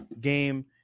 game